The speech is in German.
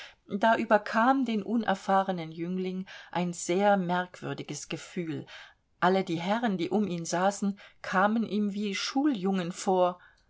da überkam den unerfahrenen jüngling ein sehr merkwürdiges gefühl alle die herren die um ihn saßen kamen ihm wie schuljungen vor